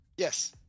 Yes